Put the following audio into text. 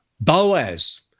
Boaz